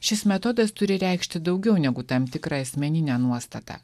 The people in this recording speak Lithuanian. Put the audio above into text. šis metodas turi reikšti daugiau negu tam tikrą asmeninę nuostatą